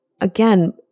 again